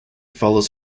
follows